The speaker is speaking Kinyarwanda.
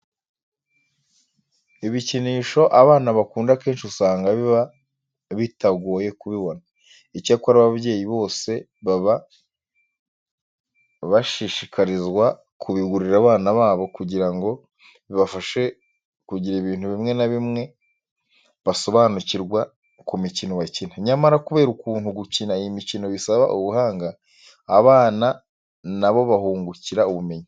Ibikinisho abana bakunda akenshi usanga biba bitagoye kubibona. Icyakora ababyeyi bose baba bashishikarizwa kubigurira abana babo kugira ngo bibafashe kugira ibintu bimwe na bimwe basobanukirwa ku mikino bakina. Nyamara kubera ukuntu gukina iyi mikino bisaba ubuhanga, abana na bo bahungukira ubumenyi.